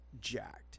jacked